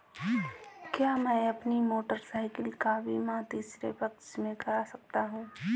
क्या मैं अपनी मोटरसाइकिल का बीमा तीसरे पक्ष से करा सकता हूँ?